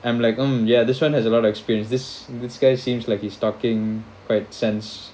I'm like mm ya this one has a lot of experience this this guy seems like he's talking quite sense